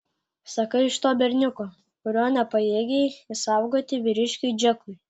sakai iš to berniuko kurio nepajėgei išsaugoti vyriškiui džekui